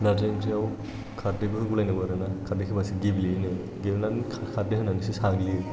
नारजि ओंख्रिआव खारदैबो होगुलायनांगौ आरोना खारदै होबासो गेब्लेयोनो गेब्लेनानै खारदै होनानैसो साग्लियो